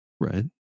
Right